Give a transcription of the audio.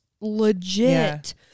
legit